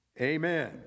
Amen